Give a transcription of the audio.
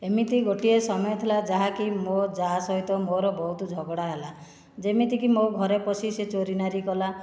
ଏମିତି ଗୋଟିଏ ସମୟ ଥିଲା ଯାହାକି ମୋ ଯାଆ ସହିତ ମୋର ବହୁତ ଝଗଡ଼ା ହେଲା ଯେମିତିକି ମୋ ଘରେ ପଶି ସେ ଚୋରି ନାରୀ କଲା